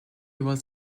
was